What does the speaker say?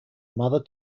mother